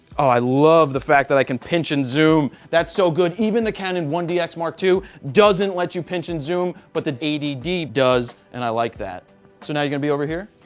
i love the fact that i can pinch and zoom. that's so good. even the canon one dx mark ii doesn't let you pinch and zoom, but the eighty d does and i like that. so, now you can be over here.